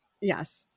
yes